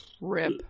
rip